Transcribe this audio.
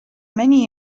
many